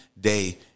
day